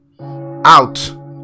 Out